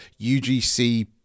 UGC